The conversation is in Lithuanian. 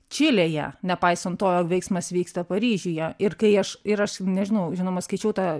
čilėje nepaisant to veiksmas vyksta paryžiuje ir kai aš ir aš nežinau žinoma skaičiau tą